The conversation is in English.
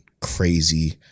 crazy